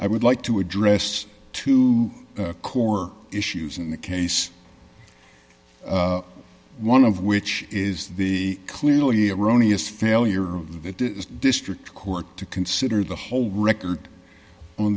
i would like to address two core issues in the case one of which is the clearly erroneous failure of the district court to consider the whole record on